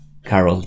Carol